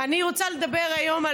אני רוצה לדבר היום,